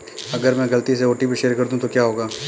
अगर मैं गलती से ओ.टी.पी शेयर कर दूं तो क्या होगा?